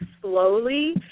slowly